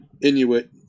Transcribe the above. Inuit